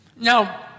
Now